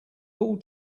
hall